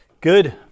Good